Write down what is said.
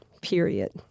Period